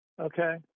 Okay